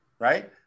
Right